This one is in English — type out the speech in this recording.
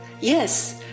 Yes